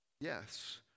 Yes